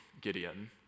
Gideon